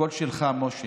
הקול שלך, משה,